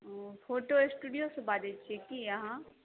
photo स्टूडियोसँ बाजैत छियै की अहाँ